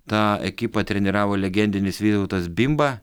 tą ekipą treniravo legendinis vytautas bimba